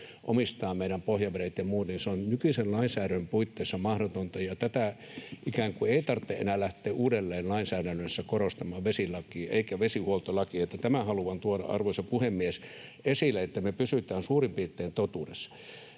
omistavat meidän pohjavedet ja muut — se on nykyisen lainsäädännön puitteissa mahdotonta. Tätä ei tarvitse enää lähteä uudelleen ikään kuin korostamaan lainsäädännössä, ei vesilaissa eikä vesihuoltolaissa. Tämän haluan tuoda, arvoisa puhemies, esille, että me pysytään suurin piirtein totuudessa.